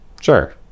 sure